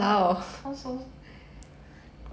sounds so